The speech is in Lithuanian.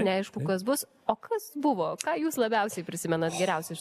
neaišku kas bus o kas buvo ką jūs labiausiai prisimenat geriausio iš